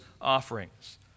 offerings